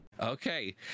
Okay